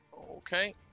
Okay